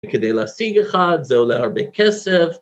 וכדי להשיג אחד זה עולה הרבה כסף.